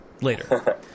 Later